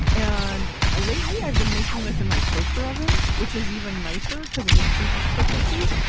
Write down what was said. and ah lately i've been making this in my toaster oven, which is even nicer, because it just preheats so quickly.